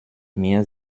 mir